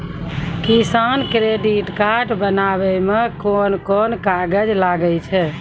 किसान credit card बनाबै मे कोन कोन कागज लागै छै?